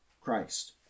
Christ